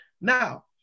Now